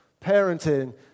parenting